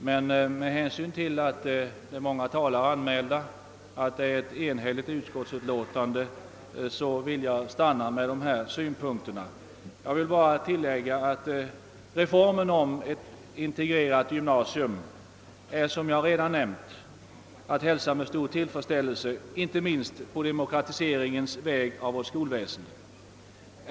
Men med hänsyn till att många talare är anmälda och att utskottsutlåtandet är enhälligt vill jag stanna vid dessa synpunkter. Jag vill bara tillägga att reformen om ett integrerat gymnasium är att hälsa med stor tillfredsställelse inte minst med tanke på demokratiseringen av vårt skolväsende.